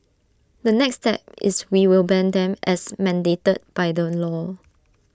the next step is we will ban them as mandated by the law